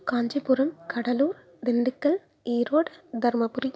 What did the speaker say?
Kanchipuram Cuddalore Dindigul Erode Dharmapuri